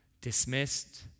dismissed